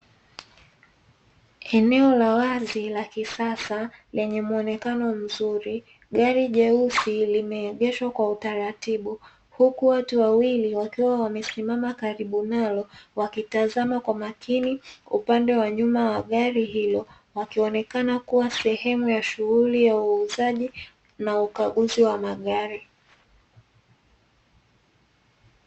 Eneo la wazi la kisasa lenye mwonekano mzuri, gari jeusi limeegeshwa kwa utaratibu, huku watu wawili wakiwa wamesimama karibu nalo, wakitazama kwa umakini upande wa nyuma wa gari hilo wakionekana kuwa sehemu ya shughuli ya uuzaji na ukaguzi wa magari.